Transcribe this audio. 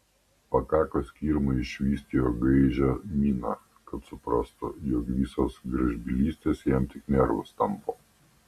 pakako skirmai išvysti jo gaižią miną kad suprastų jog visos gražbylystės jam tik nervus tampo